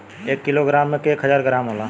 एक kilogram में एक हजार ग्राम होला